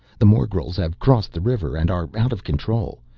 the morgels have crossed the river and are out of control.